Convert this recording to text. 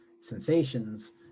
sensations